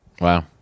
Wow